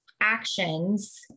actions